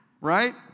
right